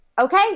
okay